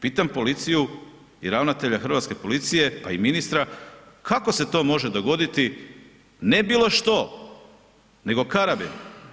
Pitam policiju i ravnatelja hrvatske policije pa i ministra, kako se to može dogoditi, ne bilo što, nego karabin.